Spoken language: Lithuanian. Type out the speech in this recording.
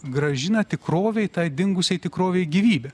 grąžina tikrovei tai dingusiai tikrovei gyvybę